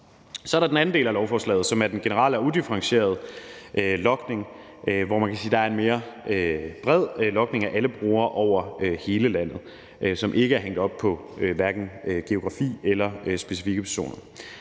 Så er der den anden del af lovforslaget, som er den generelle og udifferentierede logning, hvor man kan sige, at der er en mere bred logning af alle brugere over hele landet, og den er ikke hængt op på hverken geografi eller specifikke personer.